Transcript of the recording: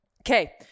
Okay